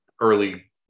early